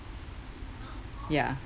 ya